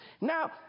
Now